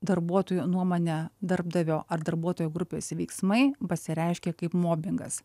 darbuotojų nuomone darbdavio ar darbuotojo grupės veiksmai pasireiškia kaip mobingas